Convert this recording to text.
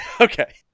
Okay